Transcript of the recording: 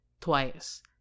twice